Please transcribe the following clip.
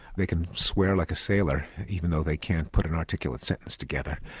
they can swear like a sailor even though they can't put an articulate sentence together.